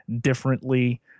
differently